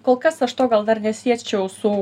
kol kas aš to gal dar nesiečiau su